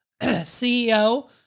CEO